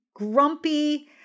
grumpy